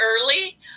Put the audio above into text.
early